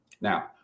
Now